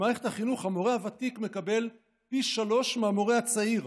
במערכת החינוך המורה הוותיק מקבל פי שלושה מהמורה הצעיר,